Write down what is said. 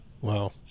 Wow